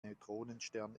neutronenstern